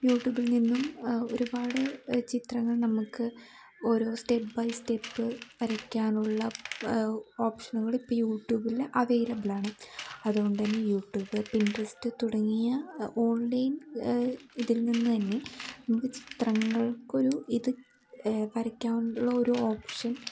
യൂട്യൂബിൽ നിന്നും ഒരുപാട് ചിത്രങ്ങൾ നമുക്ക് ഓരോ സ്റ്റെപ്പ് ബൈ സ്റ്റെപ്പ് വരയ്ക്കാനുള്ള ഓപ്ഷനുകൾ ഇപ്പം യൂട്യൂബിൽ അവൈലബിള് ആണ് അതുകൊണ്ടുതന്നെ യൂട്യൂബ് പിൻട്രസ്റ്റ് തുടങ്ങിയ ഓൺലൈൻ ഇതിൽനിന്ന് തന്നെ നമുക്ക് ചിത്രങ്ങൾക്കൊരു ഇത് വരയ്ക്കാനുള്ള ഒരു ഓപ്ഷൻ